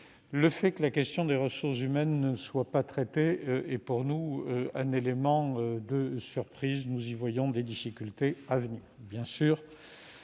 Le fait que la question des ressources humaines ne soit pas traitée constitue pour nous un élément de surprise. Nous y voyons des difficultés à venir. Nous